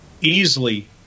easily